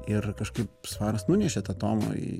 ir kažkaip svaras nunešė tą tomą į